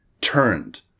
turned